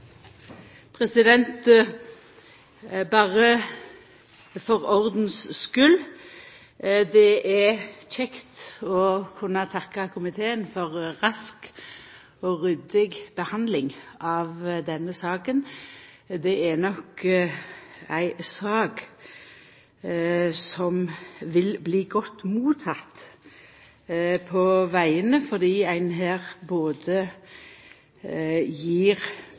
kjekt å kunna takka komiteen for rask og ryddig behandling av denne saka. Det er nok ei sak som vil bli godt motteken på vegane, fordi ein her gjev både